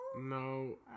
No